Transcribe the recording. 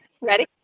Ready